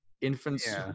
infants